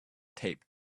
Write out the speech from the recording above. taped